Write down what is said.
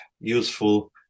useful